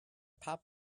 pop